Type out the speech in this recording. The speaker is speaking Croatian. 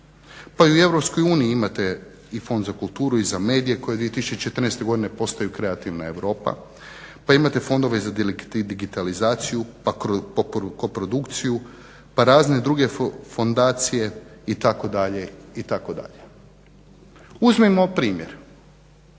pa i u EU imate i Fond za kulturu i za medije koji od 2014.godine postaju kreativna Europe, pa imate Fondove za digitalizaciju, pa koprodukciju pa razne druge fondacije itd., itd. Uzmimo primjer,